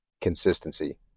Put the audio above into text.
consistency